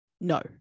No